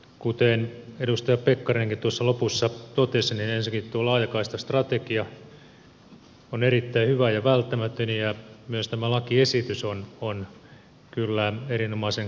kuten edustaja pekkarinenkin tuossa lopussa totesi niin ensinnäkin tuo laajakaistastrategia on erittäin hyvä ja välttämätön ja myös tämä lakiesitys on kyllä erinomaisen kannatettava